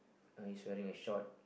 he is wearing a short